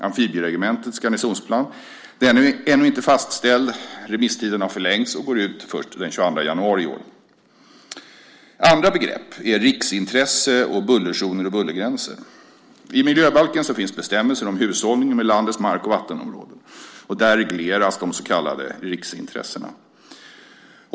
Amfibieregementets garnisonsplan är ännu inte fastställd. Remisstiden har förlängts och går ut först den 22 januari i år. Andra begrepp är riksintresse, bullerzoner och bullergränser. I miljöbalken finns bestämmelser om hushållningen med landets mark och vattenområden. Där regleras också de så kallade riksintressena.